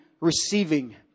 receiving